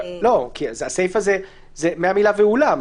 מהמילה "ואולם".